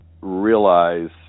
realize